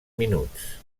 minuts